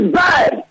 bad